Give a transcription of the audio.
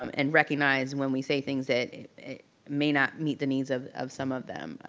um and recognize when we say things that may not meet the needs of of some of them.